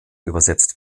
übersetzt